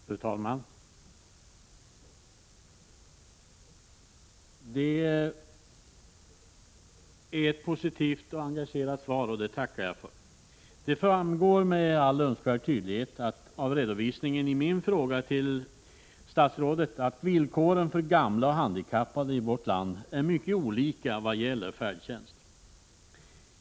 Fru talman! Det var ett positivt och engagerat svar, och det tackar jag för. Det framgår med all önskvärd tydlighet av redovisningen i min fråga till statsrådet att villkoren för gamla och handikappade i vårt land är mycket olika när det gäller färdtjänsten.